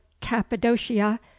cappadocia